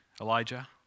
Elijah